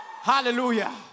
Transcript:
Hallelujah